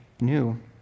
new